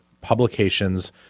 publications